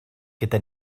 gyda